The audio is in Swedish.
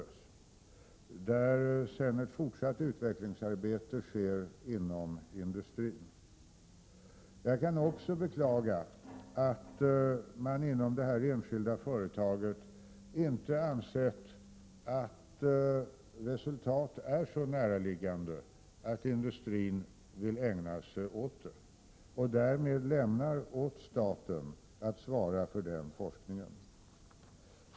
Sedan sker ett fortsatt utvecklingsarbete inom industrin. Jag kan också beklaga att man inom det här enskilda företaget inte ansett att resultat är så näraliggande att industrin vill ägna sig åt denna forskning utan i stället lämnar åt staten att svara för den.